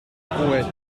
poet